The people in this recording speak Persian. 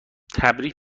تبریک